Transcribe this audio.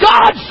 God